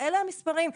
אלה המספרים.